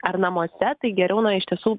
ar namuose tai geriau na iš tiesų